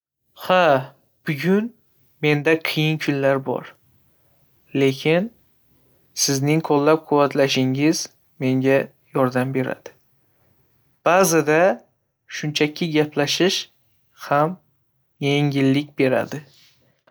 Ha, bugun menda qiyin kunlar bor. Lekin sizning qo'llab-quvvatlashingiz menga yordam beradi. Ba'zida shunchaki gaplashish ham yengillik beradi.